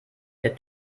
der